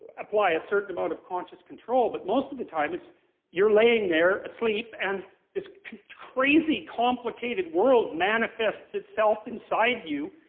apply a certain amount of conscious control, but most of the time it's you're laying there asleep and this crazy, complicated world manifests itself inside you.